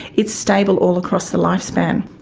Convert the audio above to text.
it's stable all across the lifespan.